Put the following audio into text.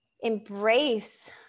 embrace